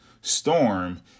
Storm